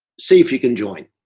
see if you can join.